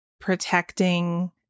protecting